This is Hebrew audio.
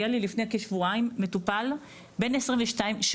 היה לי לפני כשבועיים מטופל בן 22 שהוא